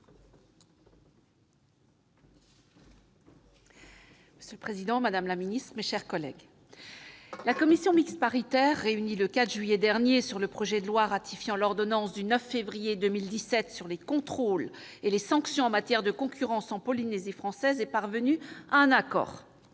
Monsieur le président, madame la ministre, mes chers collègues, la commission mixte paritaire sur le projet de loi ratifiant l'ordonnance du 9 février 2017 sur les contrôles et les sanctions en matière de concurrence en Polynésie française qui s'est réunie